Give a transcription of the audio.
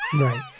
Right